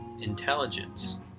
intelligence